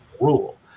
rule